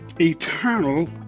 eternal